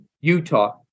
Utah